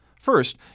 First